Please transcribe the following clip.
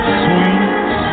sweet